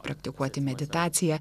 praktikuoti meditaciją